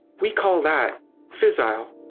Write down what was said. we call that fissile.